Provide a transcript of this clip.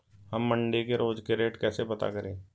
हम मंडी के रोज के रेट कैसे पता करें?